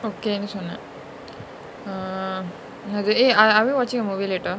okay ன்னு சொன்ன:nu sonna err அது:athu eh I I'm watching a movie later